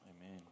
amen